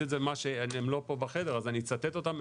הם לא פה בחדר אז אני אצטט אותם,